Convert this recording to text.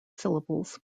syllables